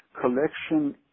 collection